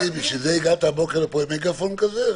לי: בשביל זה הגעת הבוקר לפה עם מגאפון כזה?